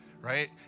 right